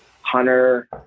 Hunter